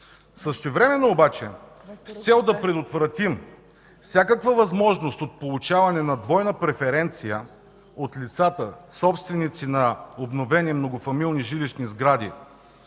Същевременно обаче с цел да предотвратим всякаква възможност от получаване на двойна преференция от лицата, собственици на обновени и многофамилни жилищни сгради,